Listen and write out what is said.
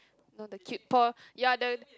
no the kid pour ya the